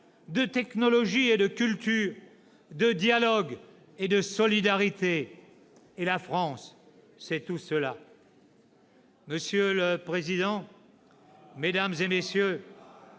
de technologies et de culture, de dialogue et de solidarité. Et la France, c'est tout cela !« Monsieur le président, mesdames, messieurs,